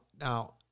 now